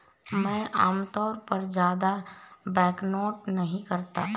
मैं आमतौर पर ज्यादा बैंकनोट नहीं रखता